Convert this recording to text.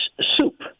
soup